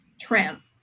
trim